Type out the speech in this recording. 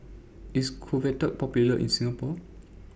IS Convatec Popular in Singapore